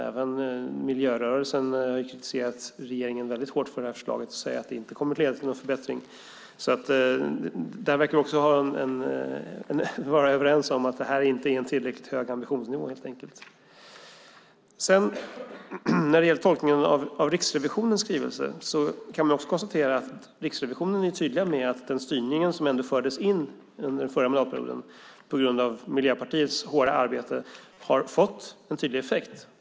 Även miljörörelsen har väldigt hårt kritiserat regeringen för det här förslaget och sagt att det inte kommer att leda till någon förbättring. Vi verkar vara överens om att det helt enkelt inte är en tillräckligt hög ambitionsnivå. När det gäller tolkningen av Riksrevisionens skrivelse kan det också konstateras att Riksrevisionen är tydlig om att den styrning som genom Miljöpartiets hårda arbete ändå infördes under förra mandatperioden har fått en tydlig effekt.